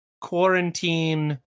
quarantine